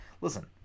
Listen